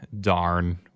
darn